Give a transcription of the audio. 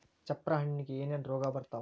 ಚಪ್ರ ಹಣ್ಣಿಗೆ ಏನೇನ್ ರೋಗ ಬರ್ತಾವ?